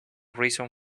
reason